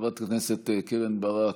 חברת הכנסת קרן ברק,